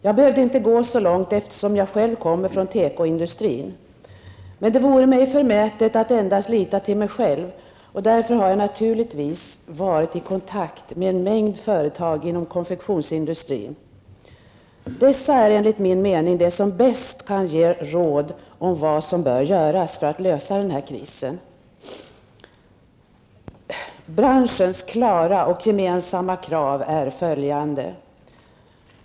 Jag behöver inte gå så långt, eftersom jag själv har erfarenheter från tekoindustrin, men det vore mig förmätet att endast lita till mig själv. Därför har jag naturligtvis varit i kontakt med en mängd företag inom konfektionsindustrin. Dessa är de som enligt min mening bäst kan ge råd om vad som bör göras för att lösa krisen. Branschens klara och gemensamma krav är följande.